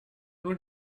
nun